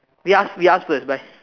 we ask we ask bye